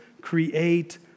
create